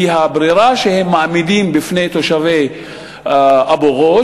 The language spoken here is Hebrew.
כי הברירה שהם מעמידים בפני תושבי אבו-גוש,